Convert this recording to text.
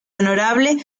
honorable